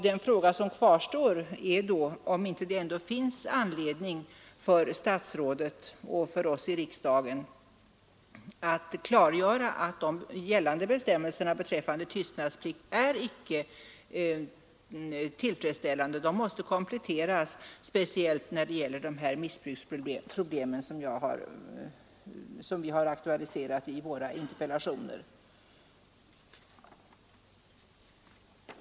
Den fråga som kvarstår är då, om det ändå inte finns anledning för statsrådet och för oss i riksdagen att klargöra att gällande bestämmelser beträffande tystnadsplikt icke är tillfredsställande. De måste kompletteras, speciellt när det gäller de missbruksproblem som vi har aktualiserat i våra interpellationer.